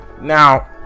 Now